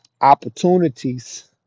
opportunities